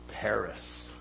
Paris